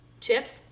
Chips